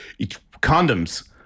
condoms